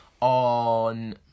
on